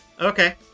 Okay